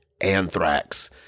Anthrax